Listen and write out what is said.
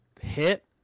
hit